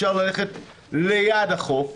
אפשר ללכת ליד החוף,